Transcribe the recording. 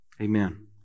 Amen